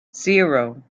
zero